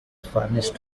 furnished